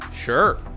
Sure